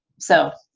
so,